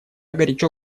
горячо